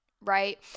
right